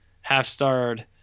half-starred